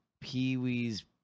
Pee-wee's